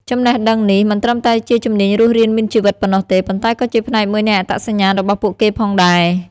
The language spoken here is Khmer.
ចំណេះដឹងនេះមិនត្រឹមតែជាជំនាញរស់រានមានជីវិតប៉ុណ្ណោះទេ ប៉ុន្តែក៏ជាផ្នែកមួយនៃអត្តសញ្ញាណរបស់ពួកគេផងដែរ។